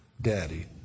Daddy